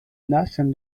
nothing